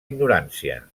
ignorància